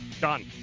Done